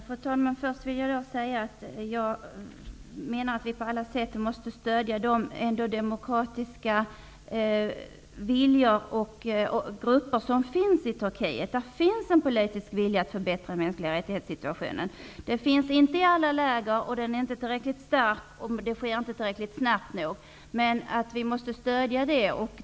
Fru talman! Först vill jag säga att jag menar att vi på alla sätt måste stödja de demokratiska viljor och grupper som finns i Turkiet. Där finns en politisk vilja att förbättra de mänskliga rättigheterna. Den finns inte i alla läger, den är inte tillräckligt stark och det sker inte tillräckligt snabbt, men vi måste stödja den.